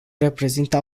reprezintă